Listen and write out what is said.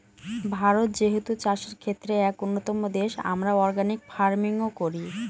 ভারত যেহেতু চাষের ক্ষেত্রে এক উন্নতম দেশ, আমরা অর্গানিক ফার্মিং ও করি